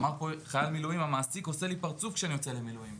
אמר פה חייל מילואים: המעסיק עושה לי פרצוף כשאני יוצא למילואים.